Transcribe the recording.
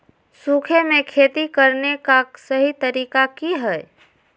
सूखे में खेती करने का सही तरीका की हैय?